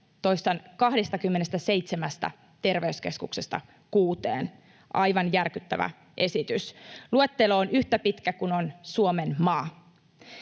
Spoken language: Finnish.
toistan: 27 terveyskeskuksesta 6:een — aivan järkyttävä esitys. Luettelo on yhtä pitkä kuin on Suomenmaa.